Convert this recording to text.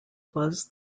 was